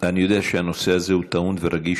אני יודע שהנושא הזה הוא טעון ורגיש,